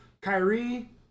Kyrie